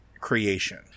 creation